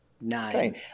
Nine